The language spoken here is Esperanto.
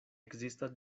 ekzistas